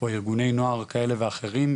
או ארגוני נוער כאלה ואחרים,